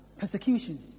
persecution